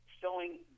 showing